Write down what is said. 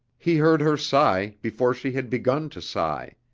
he heard her sigh before she had begun to sigh.